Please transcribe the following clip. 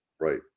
Right